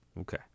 Okay